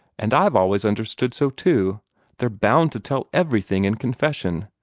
and i've always understood so, too they're bound to tell everything in confession.